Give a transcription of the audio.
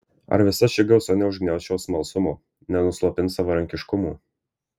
ar visa ši gausa neužgniauš jo smalsumo nenuslopins savarankiškumo